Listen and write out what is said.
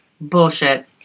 Bullshit